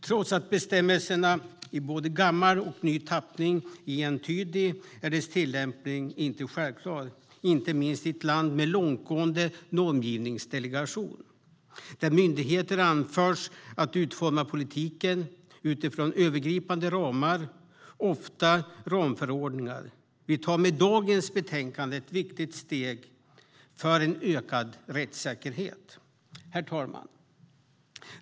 Trots att bestämmelsen, både i gammal och ny tappning, är entydig är dess tillämpning inte självklar. Inte minst i ett land med långtgående normgivningsdelegation, där myndigheter anförtros att utforma politiken under övergripande ramlagar och ofta ramförordningar, är det tveksamt om principen upprätthålls. Med dagens betänkande tar vi därför ett viktigt steg för en ökad rättssäkerhet. Herr talman!